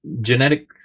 genetic